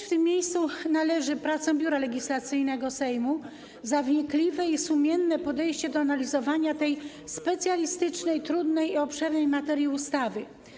W tym miejscu należy docenić pracę Biura Legislacyjnego Kancelarii Sejmu oraz wnikliwe i sumienne podejście do analizowania tej specjalistycznej, trudnej i obszernej materii ustawy.